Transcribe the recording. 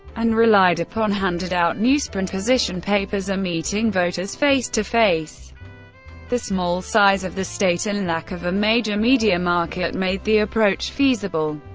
and relied upon handed-out newsprint position papers and meeting voters face-to-face the small size of the state and lack of a major media market made the approach feasible.